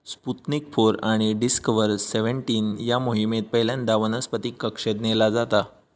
Sputnik four आणि discover seventeen या मोहिमेत पहिल्यांदा वनस्पतीक कक्षेत नेला जाता